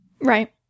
Right